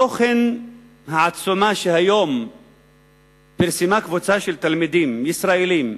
תוכן העצומה שהיום פרסמה קבוצה של תלמידים ישראלים,